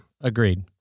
Agreed